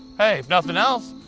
hey, if nothing else,